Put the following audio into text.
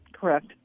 Correct